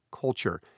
culture